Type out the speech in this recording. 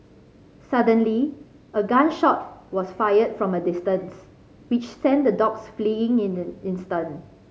suddenly a gun shot was fired from a distance which sent the dogs fleeing in an instant